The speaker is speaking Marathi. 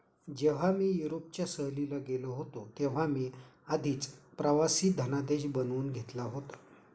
जेव्हा मी युरोपच्या सहलीला गेलो होतो तेव्हा मी आधीच प्रवासी धनादेश बनवून घेतला होता